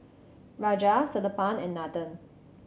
Raja Sellapan and Nathan